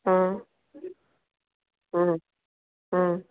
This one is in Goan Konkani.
आं आं